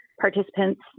Participants